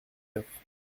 neuf